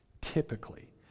Typically